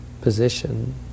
position